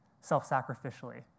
self-sacrificially